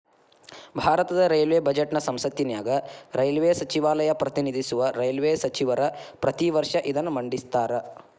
ಭಾರತದ ರೈಲ್ವೇ ಬಜೆಟ್ನ ಸಂಸತ್ತಿನ್ಯಾಗ ರೈಲ್ವೇ ಸಚಿವಾಲಯ ಪ್ರತಿನಿಧಿಸುವ ರೈಲ್ವೇ ಸಚಿವರ ಪ್ರತಿ ವರ್ಷ ಇದನ್ನ ಮಂಡಿಸ್ತಾರ